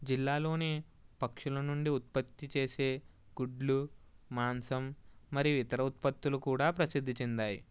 జిల్లాలోని పక్షుల నుండి ఉత్పత్తి చేసే గుడ్లు మాంసం మరియు ఇతర ఉత్పత్తులు కూడా ప్రసిద్ధి చెందాయి